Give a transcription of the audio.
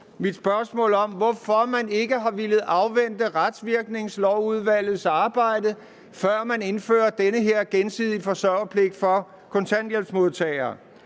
mit spørgsmål om, hvorfor man ikke har villet afvente Retsvirkningslovudvalgets arbejde, før man indfører den her gensidige forsørgelselspligt for kontanthjælpsmodtagere,